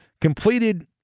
Completed